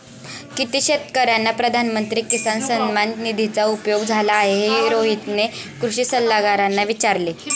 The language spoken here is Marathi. किती शेतकर्यांना प्रधानमंत्री किसान सन्मान निधीचा उपयोग झाला आहे, हे रोहितने कृषी सल्लागारांना विचारले